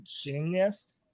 genius